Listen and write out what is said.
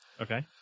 okay